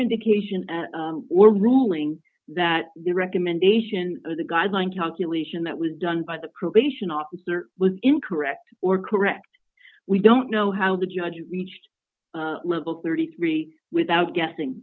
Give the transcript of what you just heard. indication that we're ruling that the recommendation of the guideline talk elation that was done by the probation officer was incorrect or correct we don't know how the judge reached level thirty three without guessing